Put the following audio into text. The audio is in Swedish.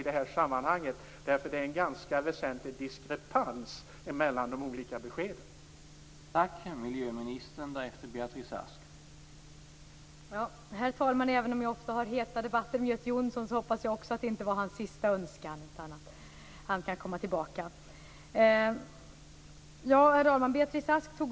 Det är en ganska väsentlig diskrepans mellan de olika beskeden.